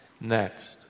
next